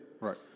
Right